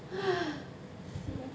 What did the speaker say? !hais! sian